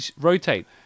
rotate